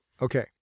Okay